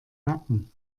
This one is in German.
nacken